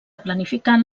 planificant